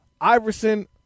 Iverson